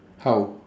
how